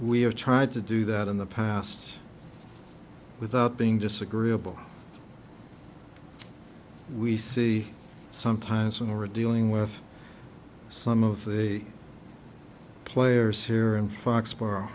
we have tried to do that in the past without being disagreeable we see sometimes when we're dealing with some of the players here in foxbor